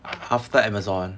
after amazon